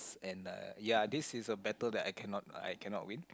and uh ya this is a battle that I cannot I cannot win